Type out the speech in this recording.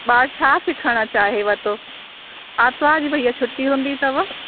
ॿार छा सिखणु चाहे थो आरितुवारु ॾींहुं भईया छुटी हूंदी अथव